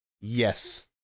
Yes